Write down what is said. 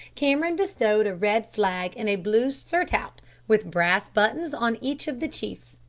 cameron bestowed a red flag and a blue surtout with brass buttons on each of the chiefs,